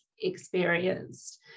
experienced